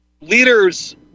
leaders